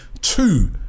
two